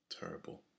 Terrible